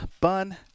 Bun